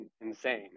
insane